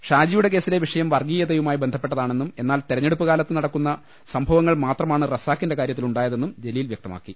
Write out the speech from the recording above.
ഷാജിയുടെ കേസിലെ വിഷയം വർഗീയതയുമായി ബന്ധ പ്പെട്ടതാണെന്നും എന്നാൽ തെരഞ്ഞെടുപ്പ് കാലത്ത് നടക്കുന്ന സംഭവങ്ങൾ മാത്രമാണ് റസാഖിന്റെ കാര്യത്തിലുണ്ടായതെന്നും ജലീൽ വൃക്തമാക്കി